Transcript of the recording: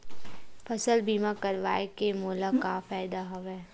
फसल बीमा करवाय के मोला का फ़ायदा हवय?